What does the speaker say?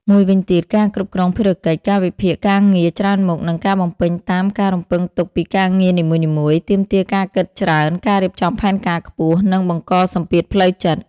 មួយវិញទៀតការគ្រប់គ្រងភារកិច្ច កាលវិភាគការងារច្រើនមុខ និងការបំពេញតាមការរំពឹងទុកពីការងារនីមួយៗ ទាមទារការគិតច្រើន ការរៀបចំផែនការខ្ពស់ និងបង្កសម្ពាធផ្លូវចិត្ត។